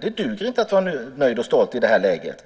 Det duger inte att vara nöjd och stolt i det här läget.